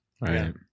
right